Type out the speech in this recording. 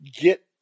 get